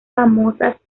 famosas